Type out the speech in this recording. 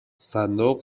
صندوق